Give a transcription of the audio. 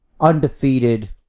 undefeated